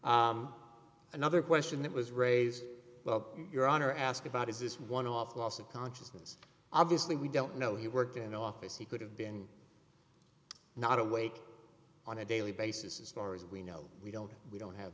just another question that was raised well your honor asked about is this one off loss of consciousness obviously we don't know he worked in the office he could have been not awake on a daily basis as far as we know we don't we don't have